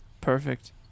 perfect